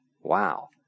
Wow